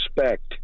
respect